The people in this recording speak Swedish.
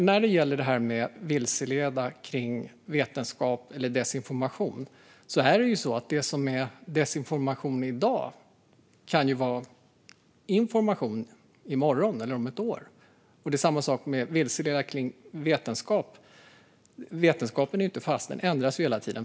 När det gäller att vilseleda kring vetenskap eller att sprida desinformation kan ju det som är desinformation i dag vara information i morgon eller om ett år. Det är samma sak med att vilseleda kring vetenskap. Vetenskapen är inte fast; den ändras hela tiden.